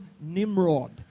Nimrod